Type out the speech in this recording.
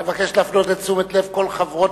אני אבקש להפנות את תשומת לבם של כל חברות